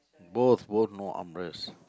both both no armrest